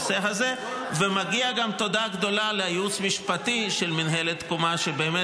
מגיעה תודה מיוחדת לחבר הכנסת אלון שוסטר,